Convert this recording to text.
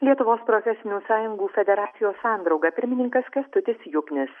lietuvos profesinių sąjungų federacijos sandrauga pirmininkas kęstutis juknis